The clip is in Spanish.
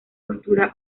costura